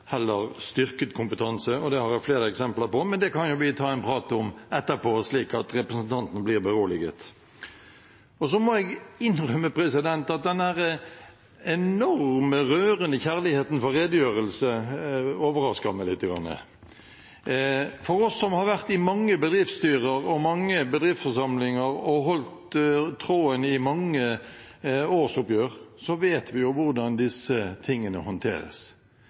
heller styrket kompetanse. Det har jeg flere eksempler på, men det kan vi jo ta en prat om etterpå, slik at representanten blir beroliget. Så må jeg innrømme at den enorme, rørende kjærligheten til redegjørelse overrasker meg litt. De av oss som har vært i mange bedriftsstyrer og mange bedriftsforsamlinger, og holdt tråden i mange årsoppgjør, vet hvordan disse tingene håndteres.